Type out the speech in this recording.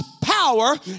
power